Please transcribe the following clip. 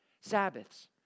Sabbaths